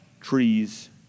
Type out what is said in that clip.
trees